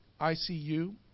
ICU